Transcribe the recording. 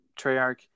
Treyarch –